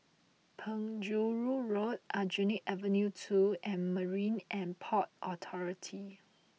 Penjuru Road Aljunied Avenue two and Marine and Port Authority